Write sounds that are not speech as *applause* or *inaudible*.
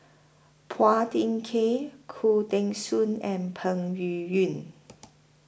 Phua Thin Kiay Khoo Teng Soon and Peng Yuyun *noise*